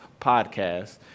podcast